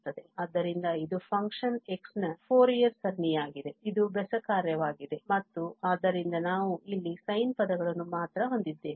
ಆದ್ದರಿಂದ ಇದು function x ನ ಫೋರಿಯರ್ ಸರಣಿಯಾಗಿದೆ ಇದು ಬೆಸ ಕಾರ್ಯವಾಗಿದೆ ಮತ್ತು ಆದ್ದರಿಂದ ನಾವು ಇಲ್ಲಿ sine ಪದಗಳನ್ನು ಮಾತ್ರ ಹೊಂದಿದ್ದೇವೆ